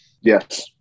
Yes